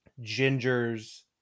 Ginger's